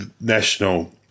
National